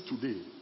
today